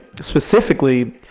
specifically